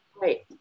right